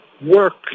work